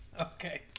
Okay